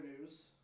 news